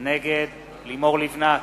נגד לימור לבנת,